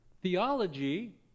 Theology